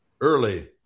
early